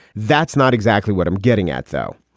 that's not exactly what i'm getting at, though.